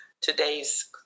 today's